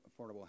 affordable